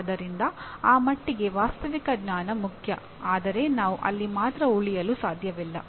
ಆದ್ದರಿಂದ ಆ ಮಟ್ಟಿಗೆ ವಾಸ್ತವಿಕ ಜ್ಞಾನ ಮುಖ್ಯ ಆದರೆ ನಾವು ಅಲ್ಲಿ ಮಾತ್ರ ಉಳಿಯಲು ಸಾಧ್ಯವಿಲ್ಲ